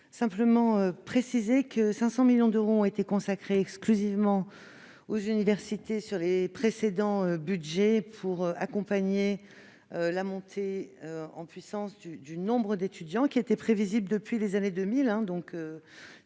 Je le précise, quelque 500 millions d'euros ont été consacrés exclusivement aux universités dans les précédents budgets, afin d'accompagner la montée en puissance du nombre d'étudiants. Au reste, celle-ci était prévisible depuis les années 2000